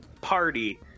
party